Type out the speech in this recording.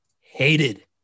hated